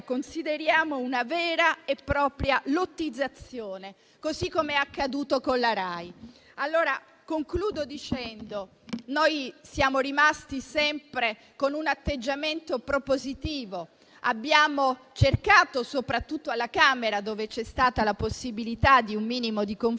consideriamo una vera e propria lottizzazione, così com'è accaduto con la RAI. In conclusione, noi siamo rimasti sempre con un atteggiamento propositivo e abbiamo cercato, soprattutto alla Camera, dove c'è stata la possibilità di un minimo di confronto,